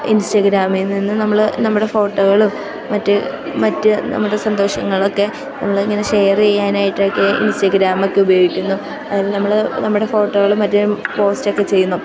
ഇൻസ്റ്റഗ്രാമിൽ നിന്ന് നമ്മൾ നമ്മുടെ ഫോട്ടോകളും മറ്റ് മറ്റ് നമ്മുടെ സന്തോഷങ്ങളൊക്കെ നമ്മളിങ്ങനെ ഷെയർ ചെയ്യാനായിട്ടൊക്കെ ഇൻസ്റ്റാഗ്രാമൊക്കെ ഉപയോഗിക്കുന്നു അതിൽ നമ്മൾ നമ്മുടെ ഫോട്ടോകളും മറ്റും പോസ്റ്റൊക്കെ ചെയ്യുന്നു